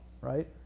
right